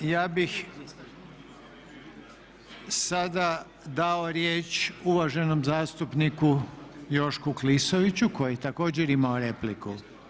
Ja bih sada dao riječ uvaženom zastupniku Jošku Klisoviću koji je također imao repliku.